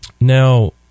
Now